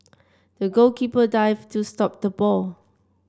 the goalkeeper dived to stop the ball